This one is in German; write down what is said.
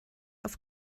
auf